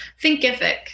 Thinkific